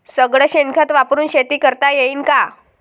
सगळं शेन खत वापरुन शेती करता येईन का?